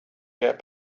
get